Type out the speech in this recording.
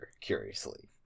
curiously